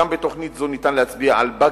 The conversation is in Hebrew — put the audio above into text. גם בתוכנית זו ניתן להצביע על "באגים"